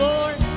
Lord